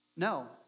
No